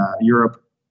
Europe